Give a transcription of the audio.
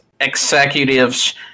executives